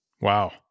Wow